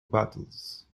battles